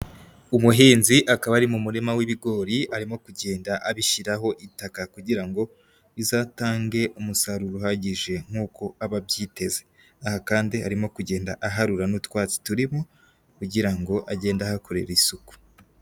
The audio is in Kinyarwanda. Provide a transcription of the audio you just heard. Umuhinzi akaba ari mu murima w'ibigori arimo kugenda abishyiraho itaka kugira ngo bizatange umusaruro uhagije nk'uko aba abyiteze. Aha kandi arimo kugenda aharura n'utwatsi turimo kugira ngo agende ahakorera isuku.